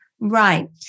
Right